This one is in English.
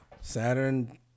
Saturn